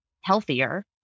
healthier